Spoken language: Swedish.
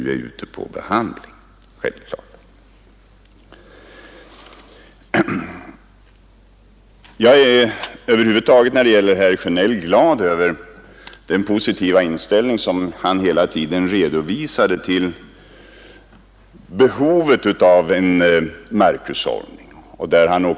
Det är självklart! Jag är över huvud taget när det gäller herr Sjönell glad över den positiva inställning som han hela tiden redovisade till behovet av en god markhushållning.